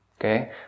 okay